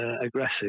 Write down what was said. aggressive